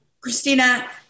Christina